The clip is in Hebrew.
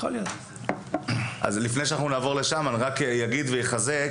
אני אגיד ואחזק,